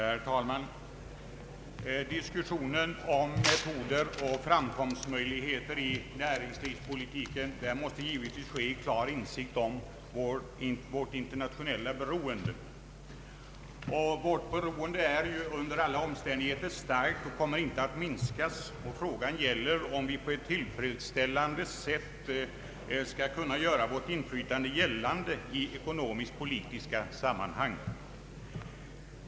Herr talman! Diskussionen om metoder och framkomstmöjligheter i näringslivspolitiken måste givetvis ske i klar insikt om vårt internationella beroende. Vårt beroende är under alla omständigheter starkt och kommer inte att minskas, och frågan gäller om vi på ett tillfredsställande sätt skall kunna göra vårt inflytande gällande i ekonomisk-politiska sammanhang.